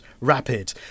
rapid